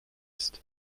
ist